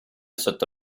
sotto